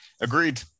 Agreed